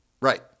Right